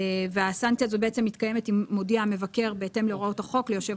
והסנקציה הזאת בעצם מתקיימת אם הודיע המבקר בהתאם להוראות החוק ליושב